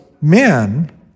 men